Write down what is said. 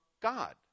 God